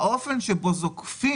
האופן שבו זוקפים